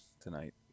tonight